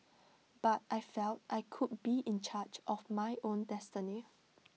but I felt I could be in charge of my own destiny